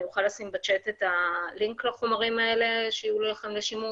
אני אוכל לשים בצ'ט את הלינק לחומרים האלה כדי שיהיו לכם לשימוש.